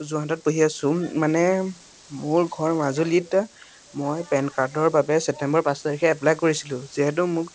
যোৰহাটত পঢ়ি আছোঁ মানে মোৰ ঘৰ মাজুলীত মই পেন কাৰ্ডৰ বাবে ছেপ্তেম্বৰ পাঁচ তাৰিখে এপ্লাই কৰিছিলোঁ যিহেতু মোক